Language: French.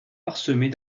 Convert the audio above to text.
parsemés